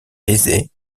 aisée